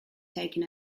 taken